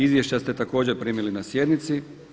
Izvješća ste također primili na sjednici.